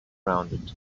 around